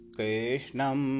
Krishnam